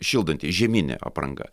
šildanti žieminė apranga